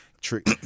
trick